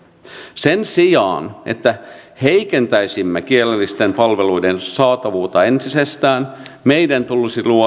sen sijaan että heikentäisimme kielellisten palveluiden saatavuutta entisestään meidän tulisi